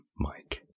mike